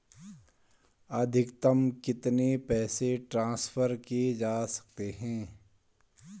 अधिकतम कितने पैसे ट्रांसफर किये जा सकते हैं?